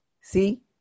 See